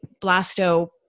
Blasto